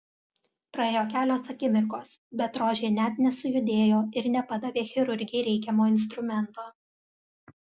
praėjo kelios akimirkos bet rožė net nesujudėjo ir nepadavė chirurgei reikiamo instrumento